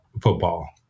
football